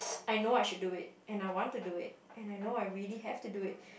I know I should do it and I want to do it and I know I really have to do it